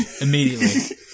immediately